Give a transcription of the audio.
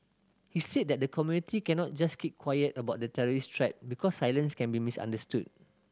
he said that the community cannot just keep quiet about the terrorist threat because silence can be misunderstood